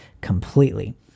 completely